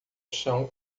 chão